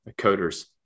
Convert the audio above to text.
coders